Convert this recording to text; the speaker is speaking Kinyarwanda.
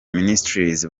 ministries